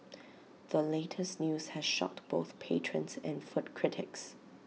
the latest news has shocked both patrons and food critics